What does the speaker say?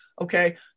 okay